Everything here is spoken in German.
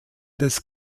des